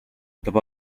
dopo